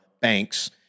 banks